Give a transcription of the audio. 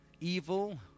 Evil